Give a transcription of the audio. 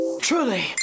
truly